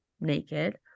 naked